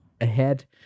ahead